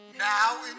Now